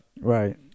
Right